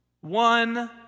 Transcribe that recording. One